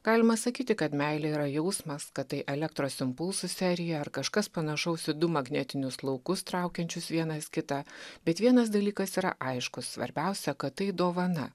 galima sakyti kad meilė yra jausmas kad tai elektros impulsų serija ar kažkas panašaus į du magnetinius laukus traukiančius vienas kitą bet vienas dalykas yra aiškus svarbiausia kad tai dovana